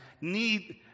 need